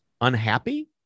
unhappy